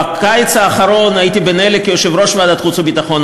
בקיץ האחרון הייתי בין אלה כיושב-ראש ועדת חוץ וביטחון,